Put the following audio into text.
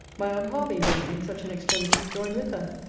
my aunt hervey may, in such an extremity, join with her.